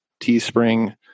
Teespring